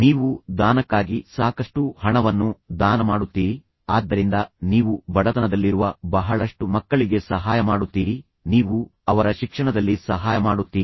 ನೀವು ದಾನಕ್ಕಾಗಿ ಸಾಕಷ್ಟು ಹಣವನ್ನು ದಾನ ಮಾಡುತ್ತೀರಿ ಆದ್ದರಿಂದ ನೀವು ಬಡತನದಲ್ಲಿರುವ ಬಹಳಷ್ಟು ಮಕ್ಕಳಿಗೆ ಸಹಾಯ ಮಾಡುತ್ತೀರಿ ನೀವು ಅವರ ಶಿಕ್ಷಣದಲ್ಲಿ ಸಹಾಯ ಮಾಡುತ್ತೀರಿ